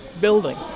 building